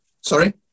sorry